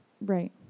Right